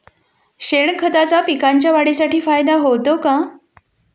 शेणखताचा पिकांच्या वाढीसाठी फायदा होतो का?